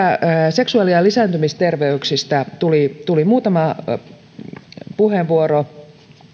seksuaali ja lisääntymisterveydestä tuli tuli muutama puheenvuoro